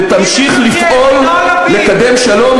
ותמשיך לפעול לקדם שלום,